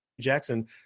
Jackson